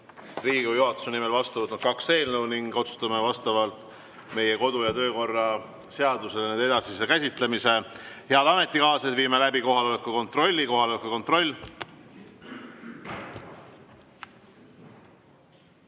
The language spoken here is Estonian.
Riigikogu juhatuse nimel vastu võtnud kaks eelnõu ning otsustame vastavalt meie kodu‑ ja töökorra seadusele nende edasise käsitlemise. Head ametikaaslased, viime läbi kohaloleku kontrolli. Kohaloleku kontroll.